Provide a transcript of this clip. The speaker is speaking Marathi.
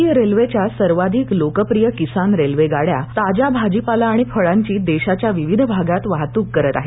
भारतीय रेल्वेच्या सर्वाधिक लोकप्रिय किसान रेल्वे गाड्या ताज्या भाजीपाला आणि फळांची देशाच्या विविध भागात वाहतूक करीत आहेत